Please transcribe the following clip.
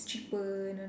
it's cheaper and all